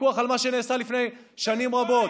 הוויכוח הוא על מה שנעשה לפני שנים רבות.